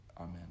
Amen